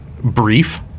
brief